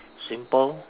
simple